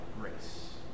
grace